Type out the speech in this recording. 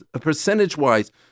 percentage-wise